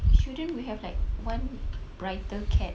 shouldn't you have like one brighter cat